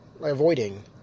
Avoiding